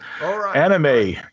anime